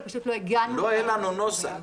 ופשוט לא הגענו --- לא היה לנו נוסח.